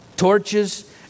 Torches